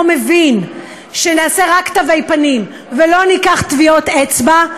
מבין שנעשה רק תווי פנים ולא ניקח טביעות אצבע,